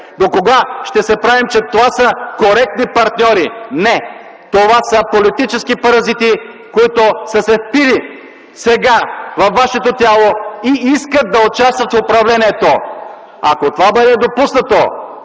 Докога ще се правим, че това са коректни партньори?! Не, това са политически паразити, които са се впили сега във вашето тяло и искат да участват в управлението. Ако това бъде допуснато,